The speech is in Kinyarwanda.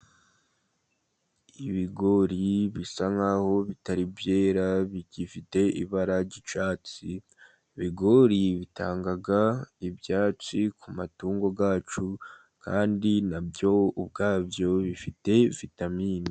Ibigori bisa nk'aho bitari byera, bifite ibara ry'icyatsi. Ibigori bitaga ibyatsi ku matungo yacu, kandi nabyo ubwabyo bifite vitamini.